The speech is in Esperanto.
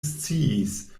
sciis